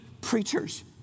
preachers